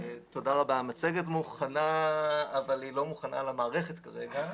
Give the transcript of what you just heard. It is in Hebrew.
המצגת מוכנה אבל היא לא מוכנה כרגע למערכת.